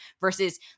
versus